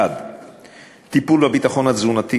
טיפול בביטחון התזונתי,